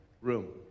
room